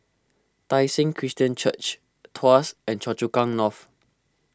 Tai Seng Christian Church Tuas and Choa Chu Kang North